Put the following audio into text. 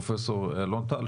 פרופסור אלון טל.